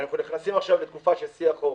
אנחנו נכנסים עכשיו לתקופה של שיא החורף.